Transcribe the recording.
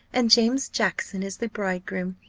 and james jackson is the bridegroom.